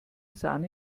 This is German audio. sahne